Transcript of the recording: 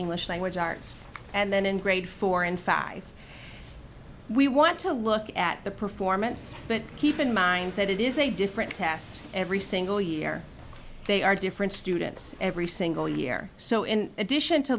english language arts and then in grade four in fact i we want to look at the performance but keep in mind that it is a different test every single year they are different students every single year so in addition to